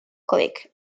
click